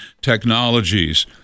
technologies